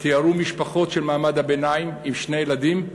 תיארו משפחות של מעמד הביניים עם שני ילדים,